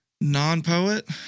Non-poet